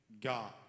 God